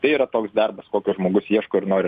tai yra toks darbas kokio žmogus ieško ir nori